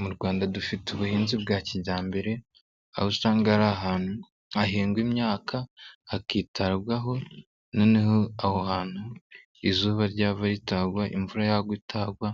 Mu Rwanda dufite ubuhinzi bwa kijyambere, aho usanga ari ahantu hahingwa imyaka hakitabwaho, noneho aho hantu izuba ryava ritagwa, imvura yagwa itagwa